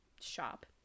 shop